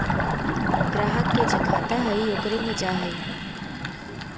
ग्राहक के जे खाता हइ ओकरे मे जा हइ